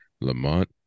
Lamont